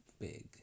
big